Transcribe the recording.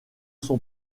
son